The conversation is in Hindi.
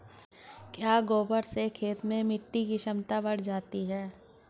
क्या गोबर से खेत में मिटी की क्षमता बढ़ जाती है?